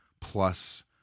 plus